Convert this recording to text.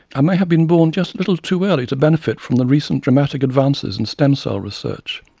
i may have been born just a little too early to benefit from the recent dramatic advances in stem-cell research.